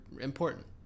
important